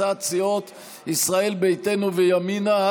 הצעת סיעות ישראל ביתנו וימינה.